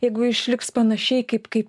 jeigu išliks panašiai kaip kaip